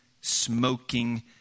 smoking